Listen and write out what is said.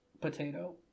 potato